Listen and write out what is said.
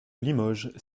limoges